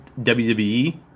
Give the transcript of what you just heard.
WWE